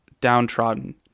downtrodden